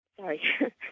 sorry